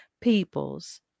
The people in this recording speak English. peoples